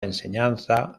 enseñanza